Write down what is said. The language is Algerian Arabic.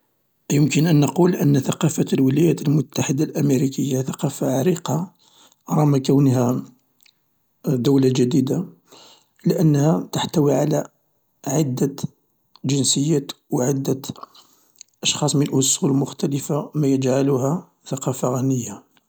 يمكن ان نقول ان ثقافة الولايات المتحدة الامريكية ثقافة عريقة رغم كونها دولة جديدة لأنها تحتوي على عدة جنسيات و عدة أشخاص من أصول مختلفة مايجعلها ثقافة غنية.